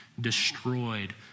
destroyed